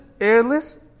airless